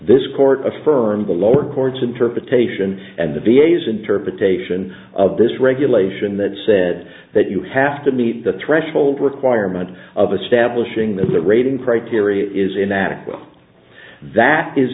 this court affirmed the lower court's interpretation and the v a s interpretation of this regulation that said that you have to meet the threshold requirement of establishing that the rating criteria is inadequate that is